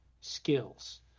skills